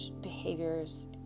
behaviors